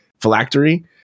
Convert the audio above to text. phylactery